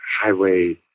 highway